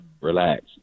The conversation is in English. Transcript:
relax